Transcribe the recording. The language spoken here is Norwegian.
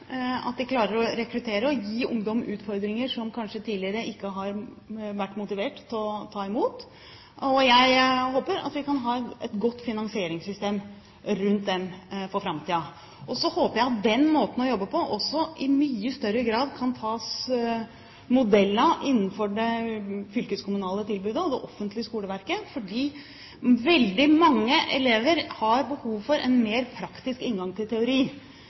jobb. De klarer å rekruttere ungdom og gi dem utfordringer som de tidligere kanskje ikke har vært motivert til å ta imot. Jeg håper at vi kan ha et godt finansieringssystem for dette i framtiden. Så håper jeg at den måten å jobbe på i mye større grad også kan være modell for det fylkeskommunale tilbudet og det offentlige skoleverket, for veldig mange elever har behov for en mer praktisk inngang til teori.